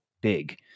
big